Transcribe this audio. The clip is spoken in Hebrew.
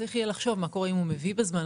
צריך לחשוב מה קורה אם הוא מביא בזמן,